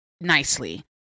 nicely